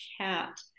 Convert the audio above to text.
cat